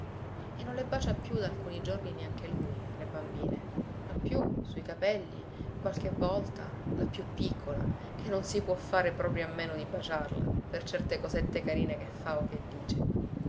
screpolatura e non le bacia più da alcuni giorni neanche lui le bambine al più sui capelli qualche volta la più piccola che non si può fare proprio a meno di baciarla per certe cosette carine che fa o che dice